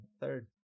Third